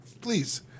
Please